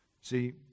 See